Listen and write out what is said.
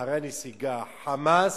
שאחרי הנסיגה ה"חמאס"